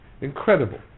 Incredible